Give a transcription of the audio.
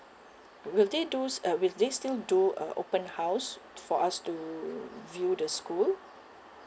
will they do s~ uh will they still do uh open house for us to view the school